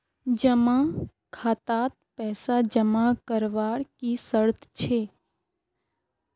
जमा खातात पैसा जमा करवार की शर्त छे?